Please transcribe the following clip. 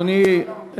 אדוני,